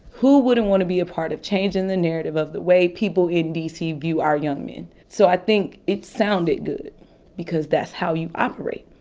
who wouldn't want to be a part of changing the narrative of the way people in d c. view our young men? so i think it sounded good because that's how you operate.